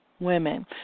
Women